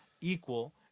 equal